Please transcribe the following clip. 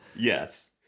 Yes